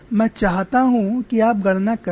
मैं चाहता हूं कि आप गणना करें